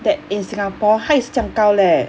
that in singapore 他也是这样高 leh